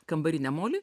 kambarinę moli